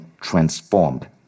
transformed